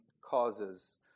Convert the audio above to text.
causes